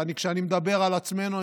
וכשאני מדבר על עצמנו,